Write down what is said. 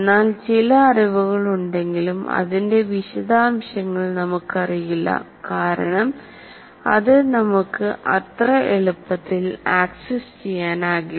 എന്നാൽ ചില അറിവുകളുണ്ടെങ്കിലും അതിന്റെ വിശദാംശങ്ങൾ നമുക്കറിയില്ലകാരണം അത് നമുക്ക് അത്ര എളുപ്പത്തിൽ ആക്സസ് ചെയ്യാനാകില്ല